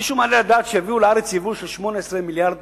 מישהו מעלה על הדעת שיביאו לארץ יבוא ב-18 מיליארד